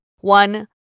One